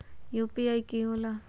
UPI कि होला?